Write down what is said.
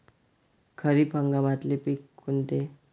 खरीप हंगामातले पिकं कोनते?